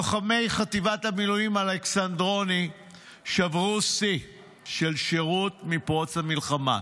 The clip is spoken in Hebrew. לוחמי חטיבת המילואים אלכסנדרוני שברו שיא של שירות מפרוץ המלחמה.